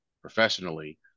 Professionally